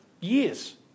years